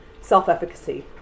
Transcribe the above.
self-efficacy